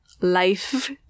life